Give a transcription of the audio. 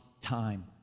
time